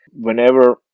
whenever